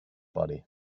body